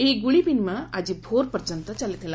ଏହି ଗୁଳି ବିନିମୟ ଆକି ଭୋର୍ ପର୍ଯ୍ୟନ୍ତ ଚାଲିଥିଲା